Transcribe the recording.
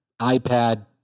iPad